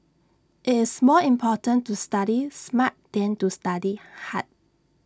IT is more important to study smart than to study hard